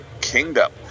Kingdom